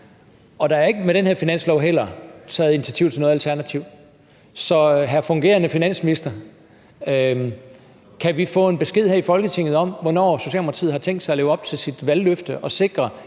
er heller ikke med den her finanslov taget initiativ til noget alternativ. Så hr. fungerende finansminister, kan vi få en besked her i Folketinget om, hvornår Socialdemokratiet har tænkt sig at leve op til sit valgløfte og sikre